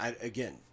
again